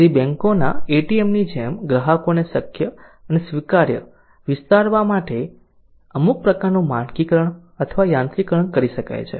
તેથી બેન્કોના એટીએમની જેમ ગ્રાહકોને શક્ય અને સ્વીકાર્ય વિસ્તારવા માટે અમુક પ્રકારનું માનકીકરણ અથવા યાંત્રિકરણ કરી શકાય છે